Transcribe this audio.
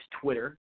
Twitter